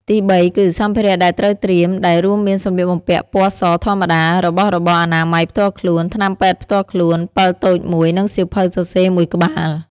ទីបីគឺ សម្ភារៈដែលត្រូវត្រៀម ដែលរួមមានសម្លៀកបំពាក់ពណ៌សធម្មតា របស់របរអនាម័យផ្ទាល់ខ្លួន ថ្នាំពេទ្យផ្ទាល់ខ្លួន ពិលតូចមួយ និងសៀវភៅសរសេរមួយក្បាល។